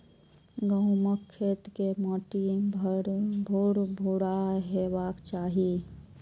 गहूमक खेत के माटि भुरभुरा हेबाक चाही